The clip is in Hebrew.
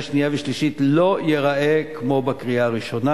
שנייה ושלישית לא ייראה כמו בקריאה הראשונה.